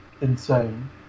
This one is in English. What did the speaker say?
insane